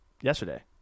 yesterday